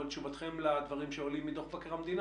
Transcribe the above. אבל תשובתכם לדברים שעולים מדוח מבקר המדינה